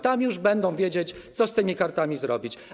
Tam już będą wiedzieć, co z tymi kartami zrobić.